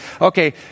Okay